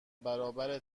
برابر